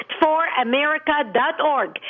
actforamerica.org